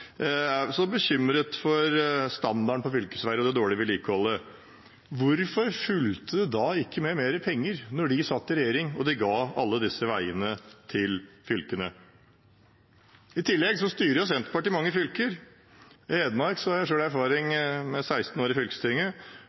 så bekymret for standarden på fylkesveier og det dårlige vedlikeholdet, hvorfor fulgte det ikke med mer penger da de satt i regjering og ga alle disse veiene til fylkene? I tillegg styrer Senterpartiet mange fylker. I Hedmark har jeg selv erfaring fra 16 år i fylkestinget